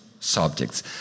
Subjects